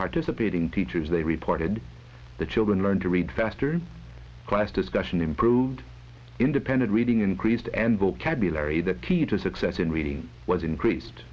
participating teachers they reported the children learn to read faster class discussion improved independent reading increased and vocabulary the key to success in reading was increased